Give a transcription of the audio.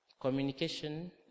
communication